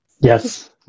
Yes